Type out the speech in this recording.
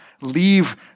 leave